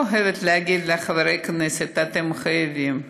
לא אוהבת להגיד לחברי הכנסת: אתם חייבים.